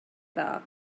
dda